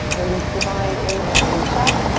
release the blind. inhale, reach up.